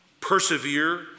persevere